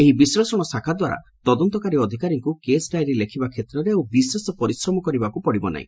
ଏହି ବିଶ୍କେଷଣ ଶାଖା ଦ୍ୱାରା ତଦନ୍ତକାରୀ ଅଧିକାରୀଙ୍କୁ କେସ୍ ଡାଏରୀ ଲେଖିବା ଷେତ୍ରରେ ଆଉ ବିଶେଷ ପରିଶ୍ରମ କରିବାକୁ ପଡ଼ିବ ନାହି